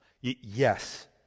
Yes